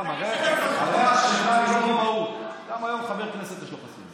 הרי גם היום לחבר כנסת יש חסינות.